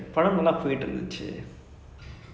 ya lah it's his movie lah அதுனால:athunaala